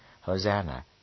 Hosanna